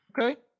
Okay